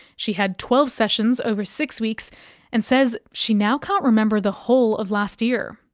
she had twelve sessions over six weeks and says she now can't remember the whole of last year.